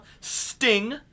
Sting